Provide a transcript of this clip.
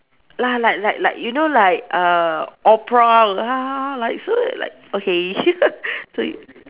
la~ like like like you know like err opera like so like okay so